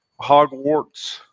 Hogwarts